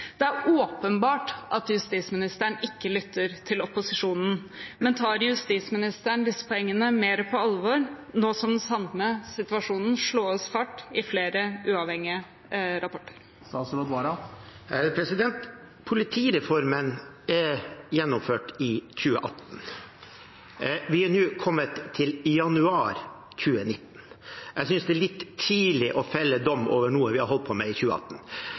Det er åpenbart at justisministeren ikke lytter til opposisjonen, men tar justisministeren disse poengene mer på alvor nå som den samme situasjonen slås fast i flere uavhengige rapporter? Politireformen ble gjennomført i 2018. Vi er nå kommet til januar 2019. Jeg synes det er litt tidlig å felle dom over noe vi har holdt på med i 2018.